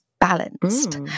balanced